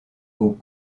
aux